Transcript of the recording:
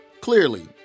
Clearly